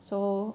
so